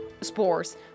Spores